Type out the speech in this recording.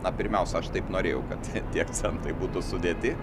na pirmiausia aš taip norėjau kad tie akcentai būtų sudėti